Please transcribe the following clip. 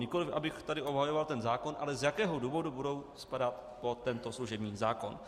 Nikoliv abych tady obhajoval ten zákon, ale z jakého důvodu budou spadat pod tento služební zákon.